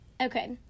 okay